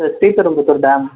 sir Sriperumbudur dam